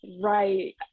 right